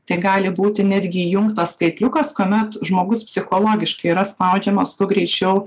tai gali būti netgi įjungtas skaitliukas kuomet žmogus psichologiškai yra spaudžiamas greičiau